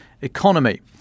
economy